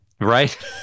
Right